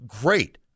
great